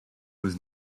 was